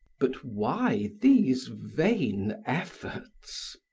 but why these vain efforts?